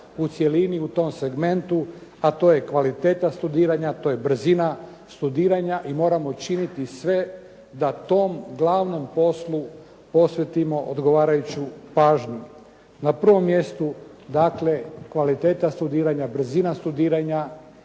u cjelini u tom segmentu, a to je kvaliteta studiranja, to je brzina studiranja i moramo učiniti sve da tom glavnom poslu posvetimo odgovarajuću pažnju. Na prvom mjestu dakle kvaliteta studiranja, brzina studiranja